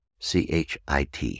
chit